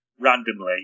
randomly